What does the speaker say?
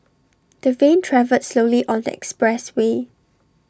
the van travelled slowly on the expressway